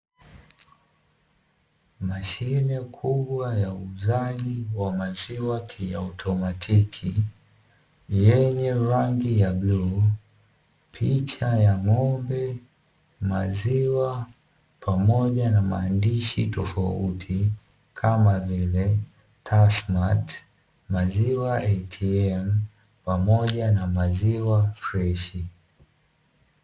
Mashine kubwa ya uuzaji wa maziwa ya kiautomatiki, yenye rangi ya bluu, picha ya ng'ombe, maziwa pamoja na maandishi tofauti kama vile "tasmat maziwa ATM" pamoja na "maziwa freshi".